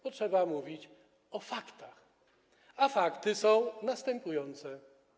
Tu trzeba mówić o faktach, a fakty są następujące.